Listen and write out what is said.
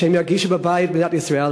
ושירגישו בבית בישראל.